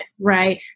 right